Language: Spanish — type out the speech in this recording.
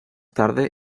tarde